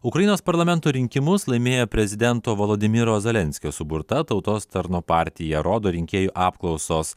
ukrainos parlamento rinkimus laimėjo prezidento volodymyro zelenskio suburta tautos tarno partija rodo rinkėjų apklausos